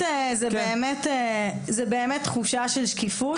והדבר השני זה באמת תחושה של שקיפות.